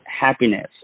happiness